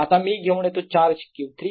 आता मी घेऊन येतो चार्ज Q3